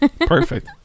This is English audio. Perfect